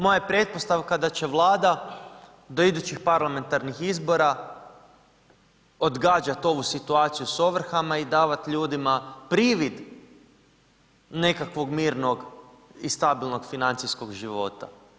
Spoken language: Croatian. Moja je pretpostavka da će Vlada do idućih parlamentarnih izbora odgađat ovu situaciju s ovrhama i davat ljudima privid nekakvog mirnog i stabilnog financijskog života.